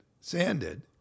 sanded